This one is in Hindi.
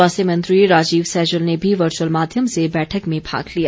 स्वास्थ्य मंत्री राजीव सैजल ने भी वर्चुअल माध्यम से बैठक में भाग लिया